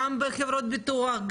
גם בחברות ביטוח,